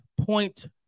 point